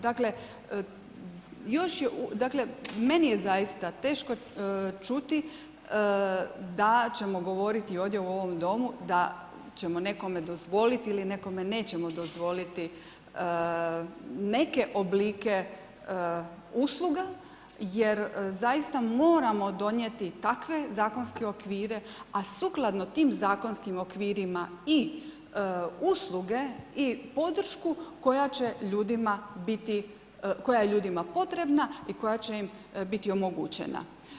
Dakle, meni je zaista teško čuti da ćemo govoriti ovdje u ovom domu da ćemo nekome dozvoliti ili nekome nećemo dozvoliti neke oblike usluga jer zaista moramo donijeti takve zakonske okvire, a sukladno tim zakonskim okvirima i usluge i podršku koja će ljudima biti, koja je ljudima potrebna i koja će im biti omogućena.